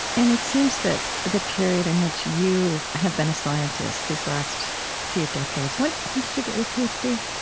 and it seems that the period in which you have been a scientist, these last few decades when when did you get your ph d?